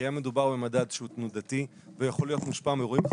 כי היה מדובר במדד שהוא תנודתי והוא יכול להיות מושפע מאירועים,